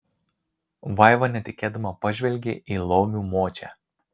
vaiva netikėdama pažvelgė į laumių močią